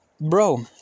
Bro